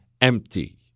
empty